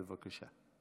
בבקשה.